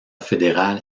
fédéral